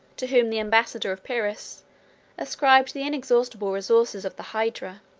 to whom the ambassador of pyrrhus ascribed the inexhaustible resources of the hydra.